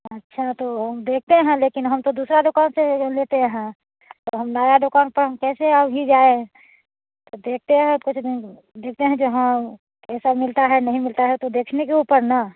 अच्छा तो हम देखते हैं लेकिन हम तो दूसरा दुकान से लेते हैं तो हम नया दुकान पर हम कैसे अभी जाएँ तो देखते हैं किसी दिन जिस दिन जहाँ जैसा मिलता है नहीं मिलता है तो देखने के ऊपर ना